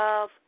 love